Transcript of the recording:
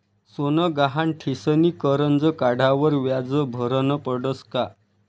सोनं गहाण ठीसनी करजं काढावर व्याज भरनं पडस का?